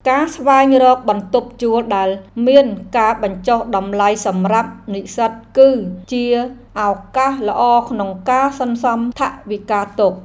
ការស្វែងរកបន្ទប់ជួលដែលមានការបញ្ចុះតម្លៃសម្រាប់និស្សិតគឺជាឱកាសល្អក្នុងការសន្សំថវិកាទុក។